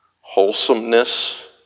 wholesomeness